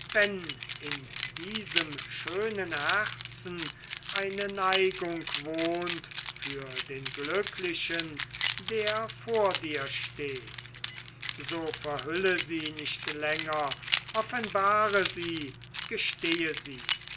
in diesem schönen herzen eine neigung wohnt für den glücklichen der vor dir steht so verhülle sie nicht länger offenbare sie gestehe sie